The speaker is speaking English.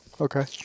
Okay